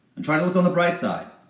and try to look on the bright side,